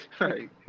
Right